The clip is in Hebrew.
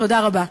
תודה רבה.